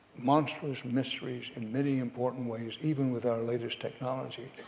monstrous mysteries in many important ways, even with our latest technology.